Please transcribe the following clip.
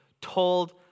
told